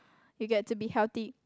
you get to be healthy